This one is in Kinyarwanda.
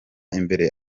imbere